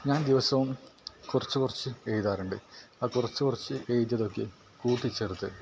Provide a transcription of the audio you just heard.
ഞാൻ ദിവസവും കുറച്ച് കുറച്ച് എഴുതാറുണ്ട് ആ കുറച്ച് കുറച്ച് എഴുതിയതൊക്കെ കൂട്ടിച്ചേർത്ത്